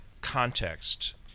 context